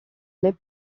les